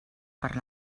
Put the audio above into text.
per